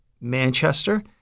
Manchester